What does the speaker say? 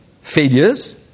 failures